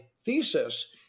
thesis